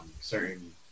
certain –